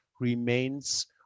remains